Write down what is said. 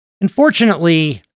Unfortunately